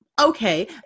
okay